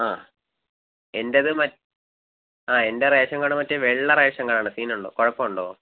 അ എന്റെത് മറ്റ് അ എന്റെ റേഷങ്കാഡ് മറ്റേ വെള്ള റേഷങ്കാഡ സീനൊണ്ടൊ കുഴപ്പമുണ്ടോ